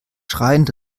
schreiend